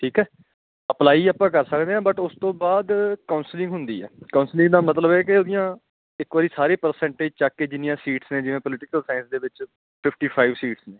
ਠੀਕ ਹੈ ਆਪਲਾਈ ਆਪਾਂ ਕਰ ਸਕਦੇ ਹਾਂ ਬਟ ਉਸ ਤੋਂ ਬਾਅਦ ਕੌਸਲਿੰਗ ਹੁੰਦੀ ਆ ਕੌਸਲਿੰਗ ਦਾ ਮਤਲਬ ਹੈ ਕਿ ਉਹਦੀਆਂ ਇੱਕ ਵਾਰੀ ਸਾਰੀ ਪ੍ਰਸੈਂਟਜ ਚੱਕ ਕੇ ਜਿੰਨੀਆਂ ਸੀਟਸ ਨੇ ਜਿਵੇਂ ਪੋਲੀਟੀਕਲ ਸਾਇੰਸ ਦੇ ਵਿੱਚ ਫਿਫਟੀ ਫਾਈਵ ਸੀਟਸ ਨੇ